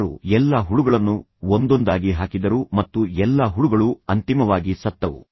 ಅವರು ಎಲ್ಲಾ ಹುಳುಗಳನ್ನು ಒಂದೊಂದಾಗಿ ಹಾಕಿದರು ಮತ್ತು ಎಲ್ಲಾ ಹುಳುಗಳು ಅಂತಿಮವಾಗಿ ಸತ್ತವು